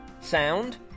sound